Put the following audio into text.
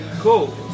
Cool